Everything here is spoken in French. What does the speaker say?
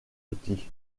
outils